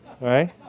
right